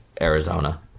Arizona